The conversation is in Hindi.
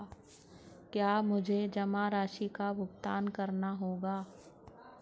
क्या मुझे जमा राशि का भुगतान करना होगा?